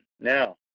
Now